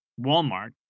Walmart